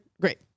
Great